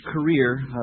career